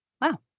wow